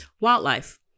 wildlife